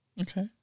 Okay